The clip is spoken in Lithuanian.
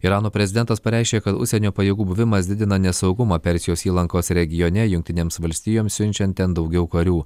irano prezidentas pareiškė kad užsienio pajėgų buvimas didina nesaugumą persijos įlankos regione jungtinėms valstijoms siunčiant ten daugiau karių